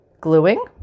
Gluing